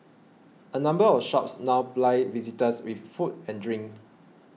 a number of shops now ply visitors with food and drink